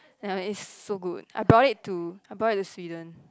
ya it's so good I brought it to I brought it to Sweden